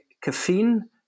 caffeine